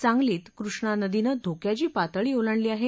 सांगलीत कृष्णा नदीनं धोक्याची पातळी ओलांडली आहे